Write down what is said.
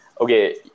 okay